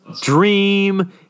dream